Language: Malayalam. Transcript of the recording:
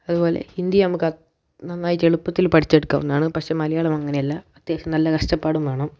അതുപോലെ ഹിന്ദി നമുക്ക് നന്നായിട്ട് എളുപ്പത്തിൽ പഠിച്ചെടുക്കാവുന്നതാണ് പക്ഷെ മലയാളം അങ്ങനെ അല്ല അത്യാവശ്യം നല്ല കഷ്ടപ്പാടും വേണം